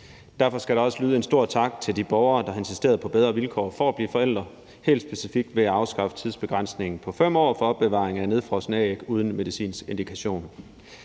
Derfor skal der også lyde en stor tak til de borgere, der har insisteret på bedre vilkår for at blive forælder, helt specifikt ved at afskaffe tidsbegrænsningen på 5 år for opbevaring af nedfrosne æg uden medicinsk indikation.